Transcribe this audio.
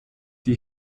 die